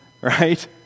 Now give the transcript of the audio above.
right